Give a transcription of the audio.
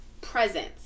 presence